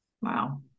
wow